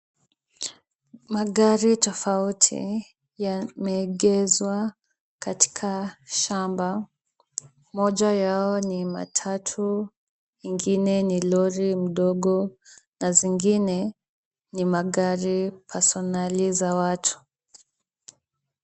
Magari tofauti yameegeshwa katika shamba. Moja yao ni matatu , ingine ni lori ndogo na zingine ni magari personal za watu.